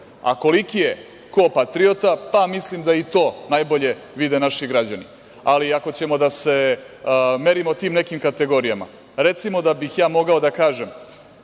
a koliki je kao patriota, mislim da i to najbolje vide naši građani. Ako ćemo da se merimo tim nekim kategorijama, recimo da bih ja mogao da kažem